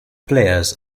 players